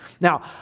Now